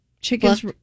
chickens